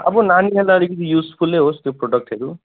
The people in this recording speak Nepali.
अब नानीहरूलाई अलिकति युजफुलै होस् त्यो प्रडक्टहरू